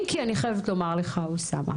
אם כי אני חייבת לומר לך אוסאמה.